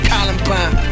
Columbine